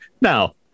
Now